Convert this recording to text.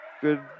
Good